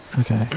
Okay